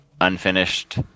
unfinished